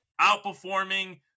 outperforming